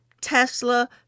Tesla